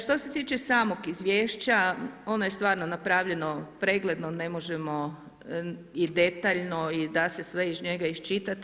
Što se tiče samog izvješća ono je stvarno napravljeno pregledno, ne možemo i detaljno i da se sve iz njega iščitati.